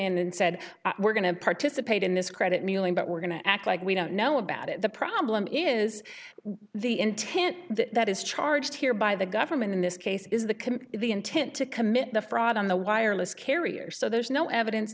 in and said we're going to participate in this credit mealing but we're going to act like we don't know about it the problem is the intent that is charged here by the government in this case is the committee the intent to commit the fraud on the wireless carriers so there's no evidence